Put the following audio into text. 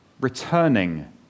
returning